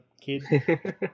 kid